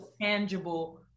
tangible